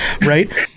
right